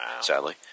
sadly